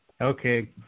okay